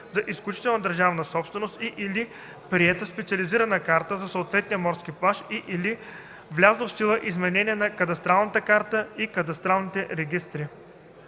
за изключителна държавна собственост и/или приета специализирана карта за съответния морски плаж, и/или влязло в сила изменение на кадастралната карта и кадастралните регистри.”